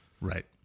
Right